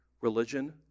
religion